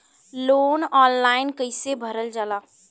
Loan online कइसे भरल जाला?